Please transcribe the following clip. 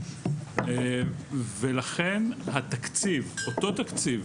לכן, אותו תקציב